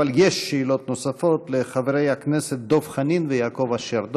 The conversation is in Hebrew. אבל יש שאלות נוספות לחברי הכנסת דב חנין ויעקב אשר.